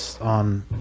on